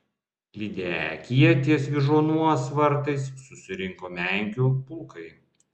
lydekyje ties vyžuonos vartais susirinko meknių pulkai